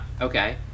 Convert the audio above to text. Okay